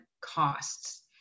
costs